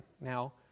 Now